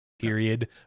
period